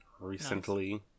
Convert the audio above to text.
Recently